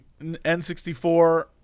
N64